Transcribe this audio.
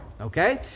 Okay